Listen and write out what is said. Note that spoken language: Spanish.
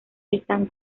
están